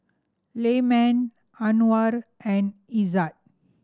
Anuar and Izzat